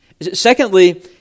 Secondly